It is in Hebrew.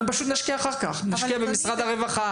אנחנו פשוט נשקיע אחר כך במשרד הרווחה